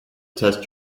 test